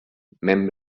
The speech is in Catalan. ment